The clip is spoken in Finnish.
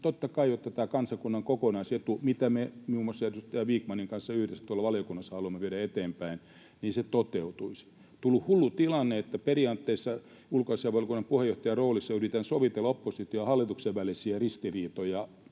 totta kai otetaan huomioon kansakunnan kokonaisetu, mitä me muun muassa edustaja Vikmanin kanssa yhdessä tuolla valiokunnassa haluamme viedä eteenpäin, että se toteutuisi. On tullut hullu tilanne, että periaatteessa ulkoasiainvaliokunnan puheenjohtajan roolissa yritän sovitella opposition ja hallituksen välisiä ristiriitoja